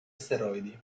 asteroidi